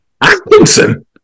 Atkinson